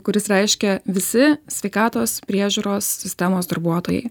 kuris reiškia visi sveikatos priežiūros sistemos darbuotojai